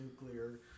nuclear